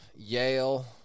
Yale